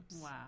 Wow